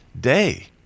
day